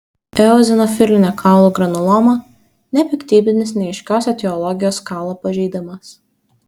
eozinofilinė kaulų granuloma nepiktybinis neaiškios etiologijos kaulo pažeidimas